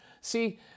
See